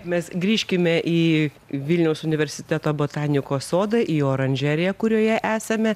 mes grįžkime į vilniaus universiteto botanikos sodą į oranžeriją kurioje esame